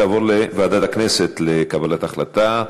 תעבור לוועדת הכנסת לקבלת החלטה.